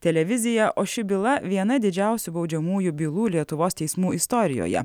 televizija o ši byla viena didžiausių baudžiamųjų bylų lietuvos teismų istorijoje